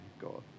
God